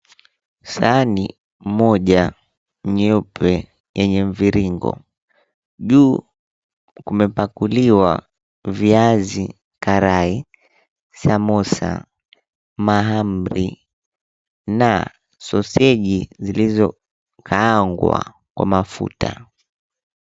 Sahani moja nyeupe yenye mviringo. Juu kumepakuliwa viazi karai, samosa, mahamri na soseji zilizokaangwa kwa mafuta.